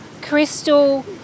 Crystal